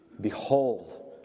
Behold